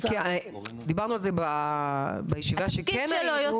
דברנו על זה בישיבה שכן הייתי,